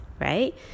right